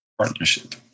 partnership